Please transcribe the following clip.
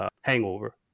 Hangover